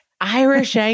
Irish